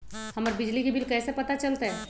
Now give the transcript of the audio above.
हमर बिजली के बिल कैसे पता चलतै?